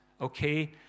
okay